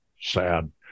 Sad